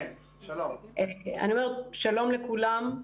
שלום לכולם.